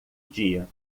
dia